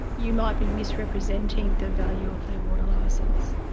you might be misrepresenting the value of their water licence.